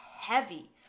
heavy